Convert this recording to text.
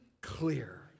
clear